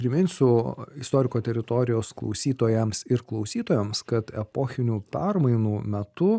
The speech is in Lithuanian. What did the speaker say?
priminsiu istoriko teritorijos klausytojams ir klausytojoms kad epochinių permainų metu